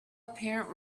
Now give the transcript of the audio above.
apparent